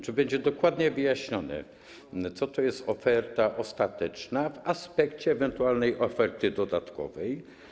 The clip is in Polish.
Czy będzie dokładnie wyjaśnione, co to jest oferta ostateczna w aspekcie ewentualnej oferty dodatkowej?